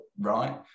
right